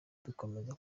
dukomeza